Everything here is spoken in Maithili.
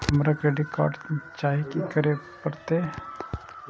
हमरा क्रेडिट कार्ड चाही की करे परतै?